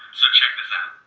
so check this out.